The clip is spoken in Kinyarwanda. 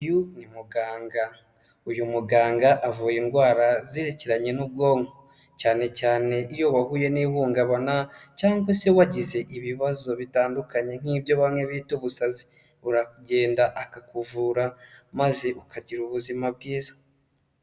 Uyu ni muganga, uyu muganga avura indwara zerekeranye n'ubwonko cyane cyane iyo wahuye n'ihungabana cyangwa se wagize ibibazo bitandukanye nk'ibyo bamwe bita ubusazi, uragenda akakuvura maze ukagira ubuzima bwiza.